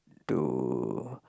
to